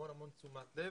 המון המון תשומת לב,